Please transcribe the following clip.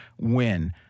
win